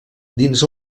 dins